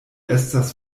estas